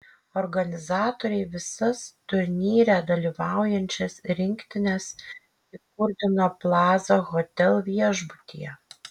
organizatoriai visas turnyre dalyvaujančias rinktines įkurdino plaza hotel viešbutyje